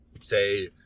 say